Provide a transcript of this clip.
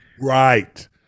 Right